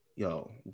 Yo